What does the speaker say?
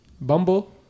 Bumble